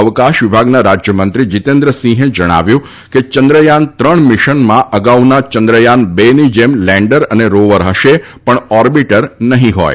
અવકાશ વિભાગના રાજ્યમંત્રી જીતેન્દ્ર સિંહે જણાવ્યું હતું કે ચંદ્રયાન ત્રણ મિશનમાં અગાઉના ચંદ્રયાન બેની જેમ લેન્ડર અને રોવર હશે પણ ઑર્બીટર નહીં હોય